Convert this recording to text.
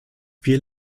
wir